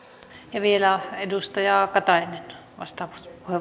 ja vielä edustaja katainen